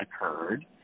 occurred